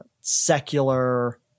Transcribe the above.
secular